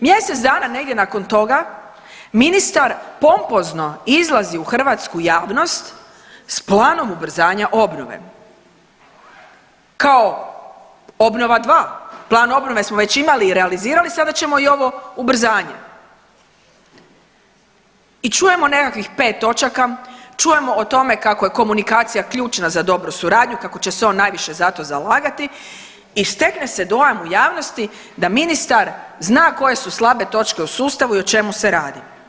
Mjesec dana negdje nakon toga ministar pompozno izlazi u hrvatsku javnost s planom ubrzanja obnove, kao obnova dva, plan obnove smo već imali i realizirali sada ćemo i ovo ubrzanje i čujemo nekakvih pet točaka, čujemo o tome kako je komunikacija ključna za dobru suradnju, kako će se on najviše za to zalagati i stekne se dojam u javnosti da ministar zna koje su slabe točke u sustavu i o čemu se radi.